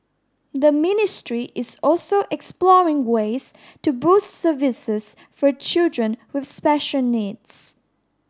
the ministry is also exploring ways to boost services for children with special needs